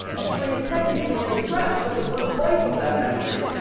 a string is technically an address of the first byte of that memory.